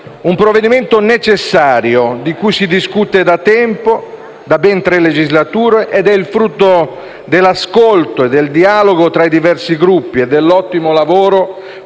un provvedimento necessario, di cui si discute da tempo (da ben tre legislature), frutto dell'ascolto e del dialogo tra i diversi Gruppi parlamentari e dell'ottimo lavoro